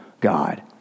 God